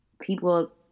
people